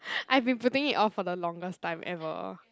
I've been putting it off for the longest time ever